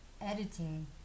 editing